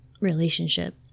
relationship